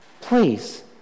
please